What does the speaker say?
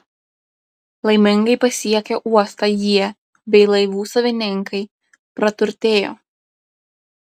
laimingai pasiekę uostą jie bei laivų savininkai praturtėjo